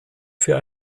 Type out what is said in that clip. für